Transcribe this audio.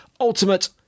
ultimate